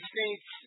States